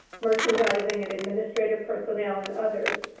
merchandising and administrative personnel, and others.